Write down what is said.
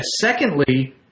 Secondly